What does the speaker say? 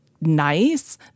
nice